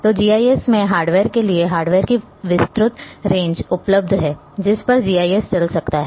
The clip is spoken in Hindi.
तो जीआईएस मैं हार्डवेयर के लिए हार्डवेयर की विस्तृत रेंज उपलब्ध है जिस पर जीआईएस चल सकता है